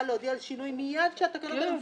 להודיע על שינוי מיד כשהתקנות מפורסמות.